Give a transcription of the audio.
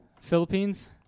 Philippines